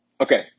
Okay